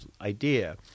idea